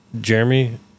Jeremy